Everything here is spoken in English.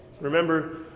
Remember